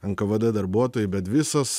nkvd darbuotojai bet visas